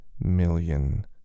million